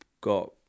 got